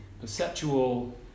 Perceptual